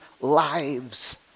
lives